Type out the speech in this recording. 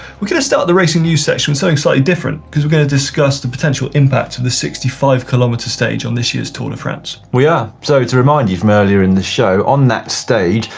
we're gonna start the racing news section with something slightly different cause we're gonna discuss the potential impact of the sixty five kilometer stage on this year's tour de france. we are. so to remind you from earlier in this show, on that stage,